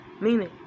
meaning